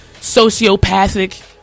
sociopathic